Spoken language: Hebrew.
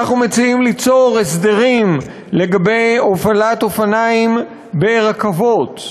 אנחנו מציעים ליצור הסדרים לגבי הובלת אופניים ברכבות,